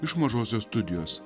iš mažosios studijos